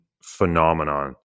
Phenomenon